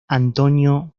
antonio